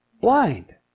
Blind